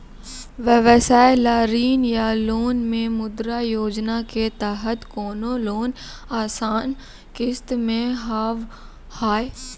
व्यवसाय ला ऋण या लोन मे मुद्रा योजना के तहत कोनो लोन आसान किस्त मे हाव हाय?